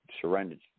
surrendered